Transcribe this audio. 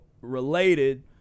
related